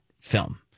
film